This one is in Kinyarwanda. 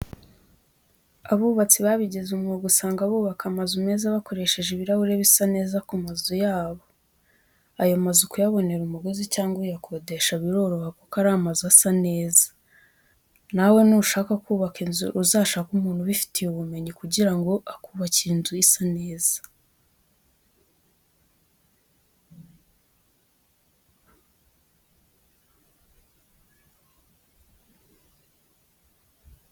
Abubatsi babigize umwuga usanga bubaka amazu meza bakoresheje ibirahure bisa neza ku mazu yabo. Ayo mazu kuyabonera umuguzi, cyangwa uyakodesha biroroha kuko ari amazu asa neza. Nawe nushaka kubaka inzu uzashake umuntu ubifitiye ubumenyi kugira ngo akubakire inzu isa neza.